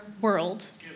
world